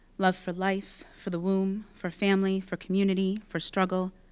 love for life, for the womb, for family, for community, for struggle,